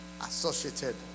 associated